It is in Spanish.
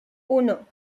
uno